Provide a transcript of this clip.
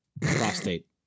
Prostate